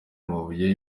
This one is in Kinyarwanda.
amabuye